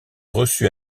reçu